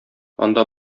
анда